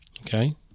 Okay